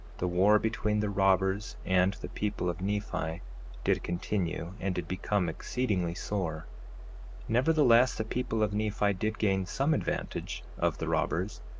the war between the robbers and the people of nephi did continue and did become exceedingly sore nevertheless, the people of nephi did gain some advantage of the robbers,